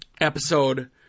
episode